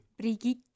Brigitte